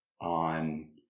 on